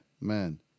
man